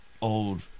old